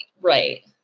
Right